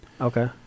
Okay